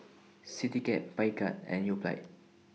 Citycab Picard and Yoplait